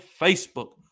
Facebook